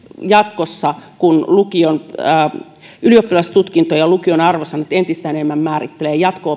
jatkossa kun ylioppilastutkinto ja lukion arvosanat entistä enemmän määrittelevät jatko